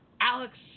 Alex